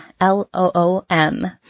L-O-O-M